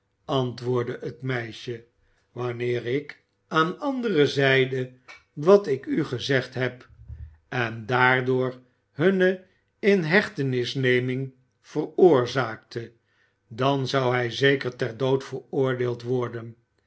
antwoordde het meisje wanneer ik aan anderen zeide wat ik u gezegd heb en daardoor hunne inhechtenisneming veroorzaakte dan zou hij zeker ter dood veroordeeld worden